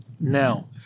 Now